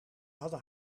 hadden